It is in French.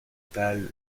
pâle